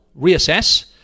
reassess